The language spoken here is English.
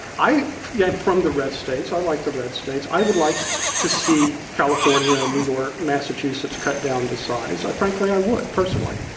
i yeah am from the red states, i like the red states i would like to see california, new york, massachusetts cut down to size. i frankly i would, personally.